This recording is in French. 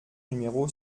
numéro